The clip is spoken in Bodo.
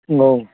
औ